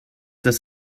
das